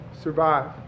survive